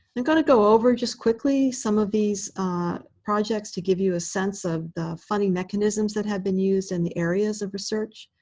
i'm going to go over just quickly some of these projects to give you a sense of the funding mechanisms that have been used in the areas of research.